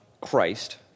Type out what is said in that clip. Christ